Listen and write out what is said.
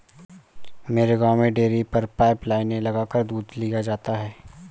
मेरे गांव में डेरी पर पाइप लाइने लगाकर दूध लिया जाता है